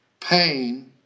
pain